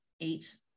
eight